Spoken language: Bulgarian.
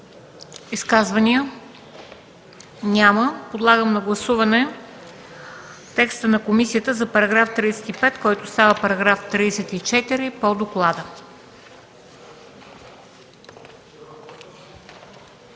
Изказвания? Няма. Подлагам на гласуване текста на комисията за § 35, който става § 44 по доклада.